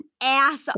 ass